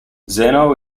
zeno